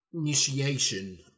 initiation